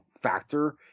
factor